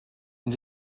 and